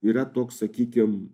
yra toks sakykim